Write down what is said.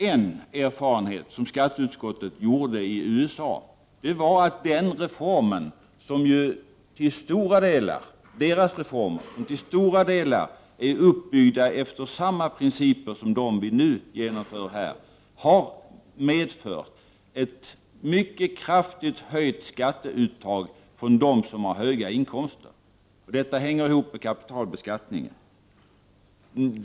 En erfarenhet som skatteutskottet gjorde i USA var att den reformen — som till stora delar är uppbyggd efter samma principer som de reformer vi nu genomför här — har medfört ett mycket kraftigt höjt skatteuttag för dem som har hög inkomst. Det hänger ihop med kapitalbeskattningen.